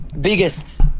biggest